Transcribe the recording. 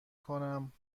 کنم